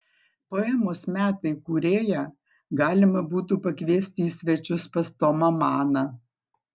poemos metai kūrėją galima būtų pakviesti į svečius pas tomą maną